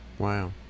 Wow